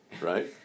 right